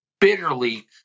bitterly